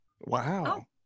wow